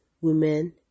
women